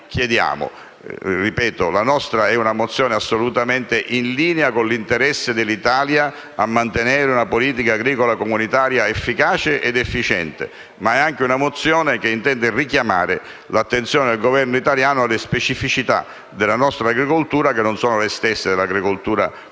chiediamo con la nostra mozione, che è assolutamente in linea con l'interesse dell'Italia a mantenere una Politica agricola comunitaria efficace ed efficiente, ma che intende anche richiamare l'attenzione del Governo italiano sulle specificità della nostra agricoltura, che non sono le stesse dell'agricoltura continentale